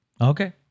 Okay